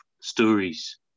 stories